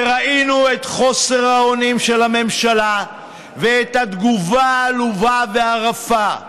וראינו את חוסר האונים של הממשלה ואת התגובה העלובה והרפה.